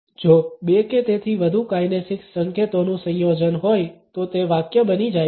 જો બે કે તેથી વધુ કાઇનેસિક્સ સંકેતોનું સંયોજન હોય તો તે વાક્ય બની જાય છે